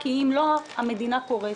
כי אם לא אז המדינה קורסת